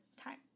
time